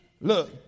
look